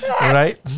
Right